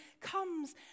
comes